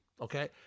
Okay